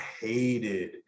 hated